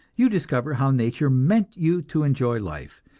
you discover how nature meant you to enjoy life,